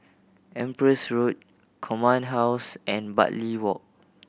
Empress Road Command House and Bartley Walk